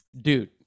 dude